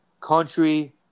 country